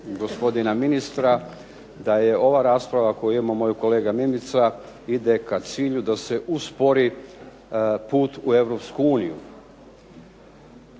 gospodina ministra da je ova rasprava koju je imao moj kolega Mimica ide ka cilju da se uspori put u Europsku uniju.